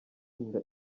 inda